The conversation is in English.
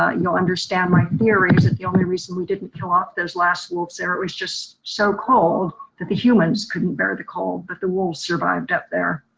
ah you'll understand my theories that the only reason we didn't kill off those last wolves there was just so cold that the humans couldn't bear the cold but the wolves survived up there.